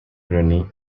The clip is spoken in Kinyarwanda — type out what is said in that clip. loni